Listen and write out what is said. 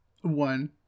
one